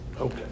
Okay